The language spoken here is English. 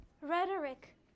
rhetoric